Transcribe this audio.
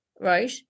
right